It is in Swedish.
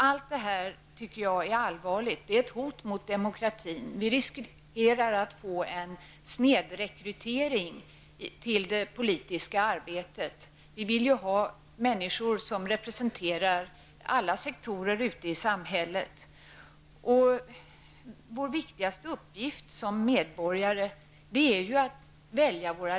Allt detta är allvarligt och ett hot mot demokratin. Det finns risk för att det blir en snedrekrytering till det politiska arbetet. Vi vill ju ha människor som representerar alla sektorer i samhället. Vår viktigaste uppgift som medborgare är att välja ledare.